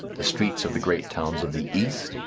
the streets of the great towns of the east,